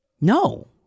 No